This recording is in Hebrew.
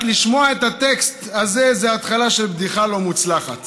רק לשמוע את הטקסט הזה זה התחלה של בדיחה לא מוצלחת.